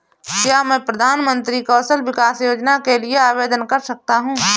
क्या मैं प्रधानमंत्री कौशल विकास योजना के लिए आवेदन कर सकता हूँ?